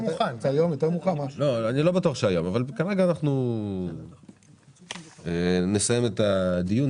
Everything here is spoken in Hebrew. כרגע נסיים את הדיון,